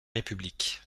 république